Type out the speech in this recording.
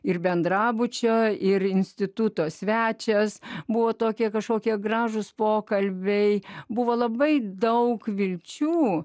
ir bendrabučio ir instituto svečias buvo tokie kažkokie gražūs pokalbiai buvo labai daug vilčių